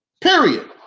Period